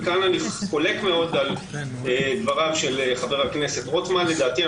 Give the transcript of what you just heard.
וכאן אני חולק מאוד על דבריו של חבר הכנסת רוטמן לדעתי,